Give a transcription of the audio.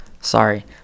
Sorry